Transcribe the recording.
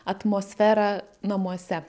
atmosferą namuose